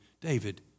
David